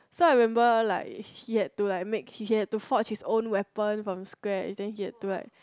so I remember like he had to like make he had to fought his own weapon from scratch then he had to like